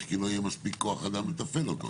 כי לא יהיה מספיק כוח אדם לתפעל אותו.